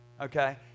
okay